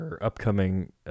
upcoming